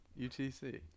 utc